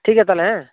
ᱴᱷᱤᱠ ᱜᱮᱭᱟ ᱛᱟᱦᱚᱞᱮ ᱦᱮᱸ